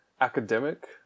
academic